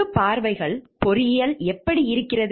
பொது பார்வைகள் பொறியியல் எப்படி இருக்கிறது